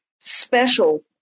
special